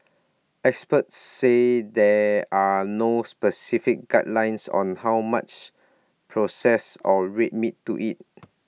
experts said there are no specific guidelines on how much processed or red meat to eat